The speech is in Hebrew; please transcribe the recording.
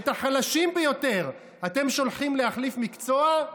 את החלשים ביותר אתם שולחים להחליף מקצוע?